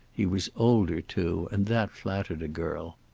he was older too, and that flattered a girl.